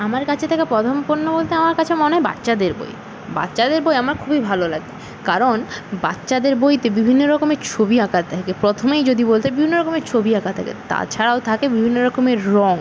আমার কাছে থাকা প্রথম পণ্য বলতে আমার কাছে মনে হয় বাচ্চাদের বই বাচ্চাদের বই আমার খুবই ভালো লাগে কারণ বাচ্চাদের বইতে বিভিন্ন রকমের ছবি আঁকা থাকে প্রথমেই যদি বলতে হয় বিভিন্ন রকমের ছবি আঁকা থাকে তা ছাড়াও থাকে বিভিন্ন রকমের রঙ